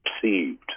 perceived